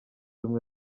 ubumwe